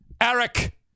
Eric